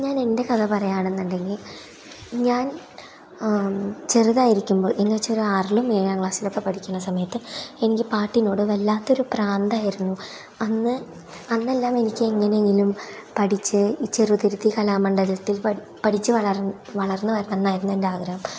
ഞാൻ എൻ്റെ കഥ പറയുകയാണെന്നുണ്ടെങ്കിൽ ഞാൻ ചെറുതായിരിക്കുമ്പോൾ എന്നു വെച്ചാൽ ഒരാറിലും ഏഴാം ക്ലാസ്സിലൊക്കെ പഠിക്കുന്ന സമയത്ത് എനിക്ക് പാട്ടിനോട് വല്ലാത്തൊരു പ്രാന്തായിരുന്നു അന്ന് അന്നെല്ലാം എനിക്ക് എങ്ങനെയെങ്കിലും പഠിച്ച് ഈ ചെറുത്തുരുത്തി കലാമണ്ഡലത്തിൽ പഠ പഠിച്ച് വളർ വളരണമെന്നായിരുന്നു എൻറ്റാഗ്രഹം